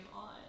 on